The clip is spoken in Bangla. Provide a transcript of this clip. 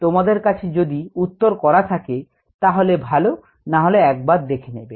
তোমাদের কাছে যদি উত্তর করা থাকে তাহলে ভালো না হলে একবার দেখে নেবে